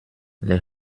les